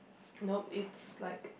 nope is like